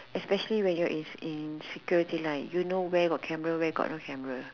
especially when you is in security line you know where got camera where got no camera